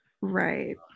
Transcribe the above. Right